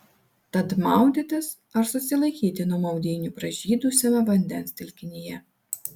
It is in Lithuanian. tad maudytis ar susilaikyti nuo maudynių pražydusiame vandens telkinyje